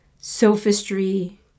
sophistry